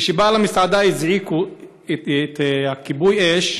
כשבעל המסעדה הזעיק את כיבוי האש